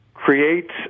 creates